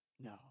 No